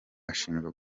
ashinjwa